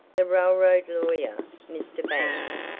the railroad lawyer, mr. banks,